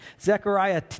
Zechariah